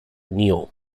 neo